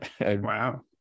Wow